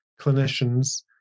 clinicians